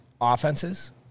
offenses